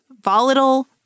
volatile